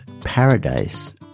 paradise